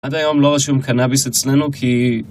עד היום לא רשום קנאביס אצלנו כי...